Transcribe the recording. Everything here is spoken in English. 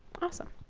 awesome.